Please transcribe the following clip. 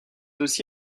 aussi